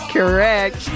Correct